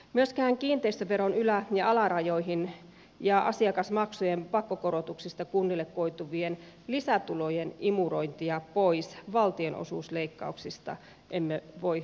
myöskään kiinteistöveron ylä ja alarajoihin ja asiakasmaksujen pakkokorotuksista kunnille koituvien lisätulojen imurointia pois valtion osuusleikkauksista emme voi hyväksyä